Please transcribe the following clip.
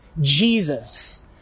Jesus